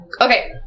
Okay